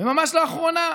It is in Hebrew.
ממש לאחרונה,